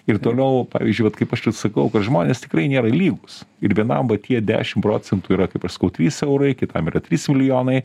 ir toliau va pavyzdžiui vat kaip aš ir sakau kad žmonės tikrai nėra lygūs ir vienam va tie dešim procentų yra kaip aš sakau trys eurai kitam yra trys milijonai